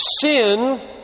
sin